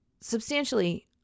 substantially